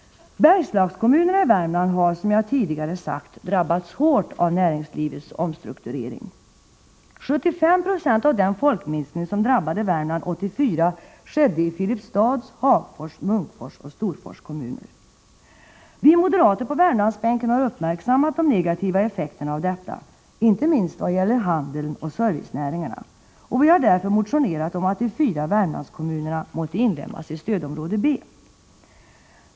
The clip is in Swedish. Bergslagskommunerna i Värmland har — som jag tidigare sagt — drabbats hårt av näringslivets omstrukturering. 75 970 av den folkminskning som drabbade Värmland 1984 skedde i Filipstads, Hagfors, Munkfors och Storfors kommuner. Vi moderater på Värmlandsbänken har uppmärksammat de negativa effekterna av detta — inte minst i vad gäller handeln och servicenäringarna. Vi har därför motionerat om att de fyra Värmlandskommunerna måtte inlemmas i stödområde B.